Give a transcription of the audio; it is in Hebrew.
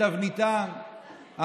בתבניתם,